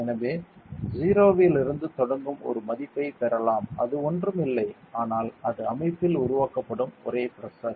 எனவே 0 இலிருந்து தொடங்கும் ஒரு மதிப்பைப் பெறலாம் அது ஒன்றும் இல்லை ஆனால் அது அமைப்பில் உருவாக்கப்படும் ஒரே பிரஷர்